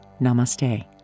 namaste